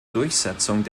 durchsetzung